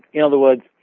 in other words,